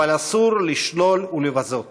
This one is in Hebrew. אבל אסור לשלול ולבזות.